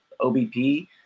OBP